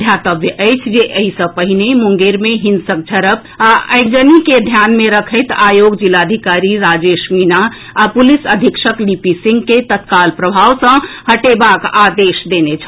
ध्यातव्य अछि जे एहि सँ पहिने मुंगेर मे हिंसक झड़प आ अगिजनी के ध्यान मे रखैत आयोग जिलाधिकारी राजेश मीणा आ पुलिस अधीक्षक लिपि सिंह के तत्काल प्रभाव सँ हटयबाक आदेश देने छल